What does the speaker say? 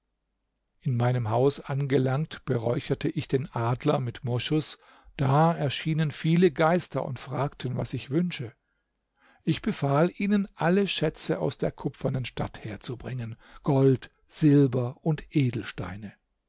in meinem haus angelangt beräucherte ich den adler mit moschus da erschienen viele geister und fragten was ich wünsche ich befahl ihnen alle schätze aus der kupfernen stadt herzubringen gold silber und edelsteine